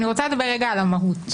אני רוצה לדבר רגע על המהות.